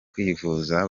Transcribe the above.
kwivuza